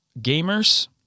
gamers